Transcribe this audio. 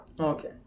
Okay